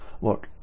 Look